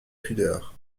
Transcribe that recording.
pudeur